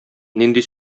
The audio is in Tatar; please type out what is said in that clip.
нинди